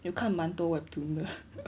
又看蛮多 webtoon 的